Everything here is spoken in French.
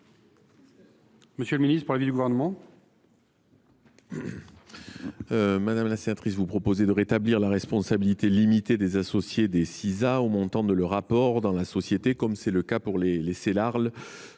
Quel est l’avis Gouvernement ? Madame la sénatrice, vous proposez de rétablir la responsabilité limitée des associés des Sisa au montant de leur apport dans la société, comme c’est le cas pour les